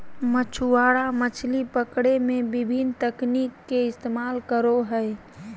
मछुआरा मछली पकड़े में विभिन्न तकनीक के इस्तेमाल करो हइ